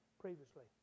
previously